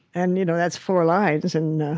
and you know that's four lines, and